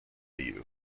you